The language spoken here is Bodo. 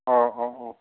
औ औ औ